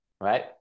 right